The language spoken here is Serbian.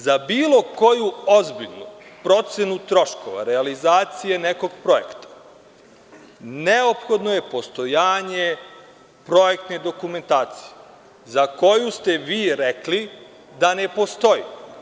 Za bilo koju ozbiljnu procenu troškova realizacije nekog projekta neophodno je postojanje projektne dokumentacije, za koju ste vi rekli da ne postoji.